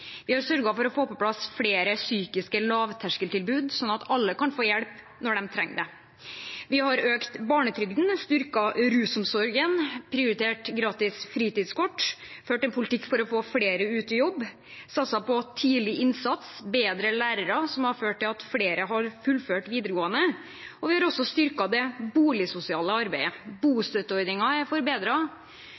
Vi har sørget for å få på plass flere lavterskeltilbud innen psykisk helse, sånn at alle kan få hjelp når de trenger det. Vi har økt barnetrygden, styrket rusomsorgen, prioritert gratis fritidskort, ført en politikk for å få flere ut i jobb og satset på tidlig innsats og bedre lærere, noe som har ført til at flere har fullført videregående. Vi har også styrket det boligsosiale arbeidet. Bostøtteordningen er